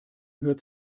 hört